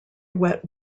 wet